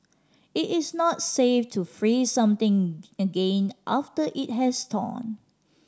it is not safe to freeze something again after it has thawed